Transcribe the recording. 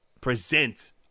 Present